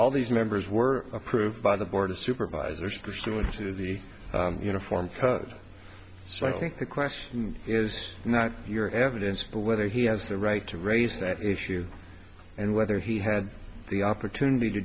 all these members were approved by the board of supervisors pursuant to the uniform code so i think the question is not your evidence but whether he has a right to raise that issue and whether he had the opportunity to